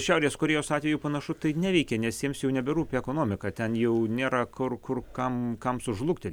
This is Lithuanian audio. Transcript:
šiaurės korėjos atveju panašu tai neveikia nes jiems jau neberūpi ekonomika ten jau nėra kur kur kam kam sužlugti